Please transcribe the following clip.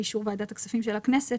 באישור ועדת הכספים של הכנסת,